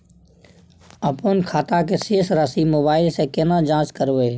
अपन खाता के शेस राशि मोबाइल से केना जाँच करबै?